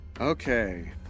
Okay